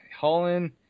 Holland